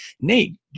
Nate